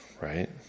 Right